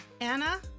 Anna